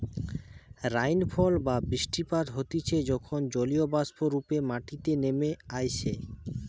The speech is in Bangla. রাইনফল বা বৃষ্টিপাত হতিছে যখন জলীয়বাষ্প রূপে মাটিতে নেমে আইসে